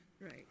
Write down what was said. Right